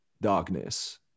darkness